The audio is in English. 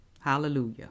hallelujah